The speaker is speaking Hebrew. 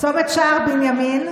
צומת שער בנימין,